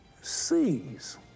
Sees